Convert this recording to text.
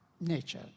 nature